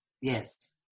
Yes